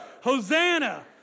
Hosanna